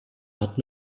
hat